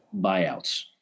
buyouts